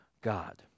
God